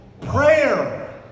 prayer